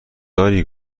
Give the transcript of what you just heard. داری